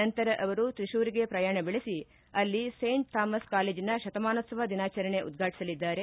ನಂತರ ಅವರು ತ್ರಿಶೂರ್ಗೆ ಪ್ರಯಾಣ ಬೆಳೆಸಿ ಅಲ್ಲಿ ಸೈಂಟ್ ಥಾಮಸ್ ಕಾಲೇಜ್ನ ಶತಮಾನೋತ್ಲವ ದಿನಾಚರಣೆ ಉದ್ಘಾಟಿಸಲಿದ್ದಾರೆ